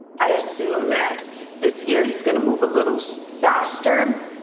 i assume that this year he's going to move a little so faster.